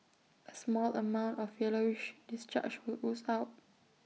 A small amount of yellowish discharge would ooze out